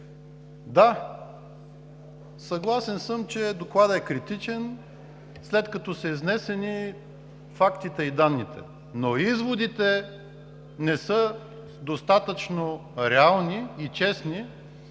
Да, съгласен съм, че Докладът е критичен, след като са изнесени фактите и данните, но изводите не са достатъчно реални и честни